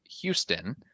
Houston